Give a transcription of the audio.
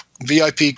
VIP